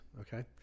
Okay